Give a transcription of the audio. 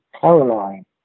Caroline